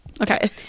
Okay